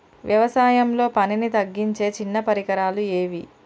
వ్యవసాయంలో పనిని తగ్గించే చిన్న పరికరాలు ఏవి?